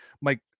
Mike